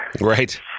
Right